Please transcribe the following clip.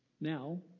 now